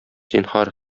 зинһар